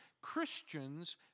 Christians